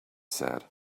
said